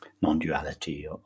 non-duality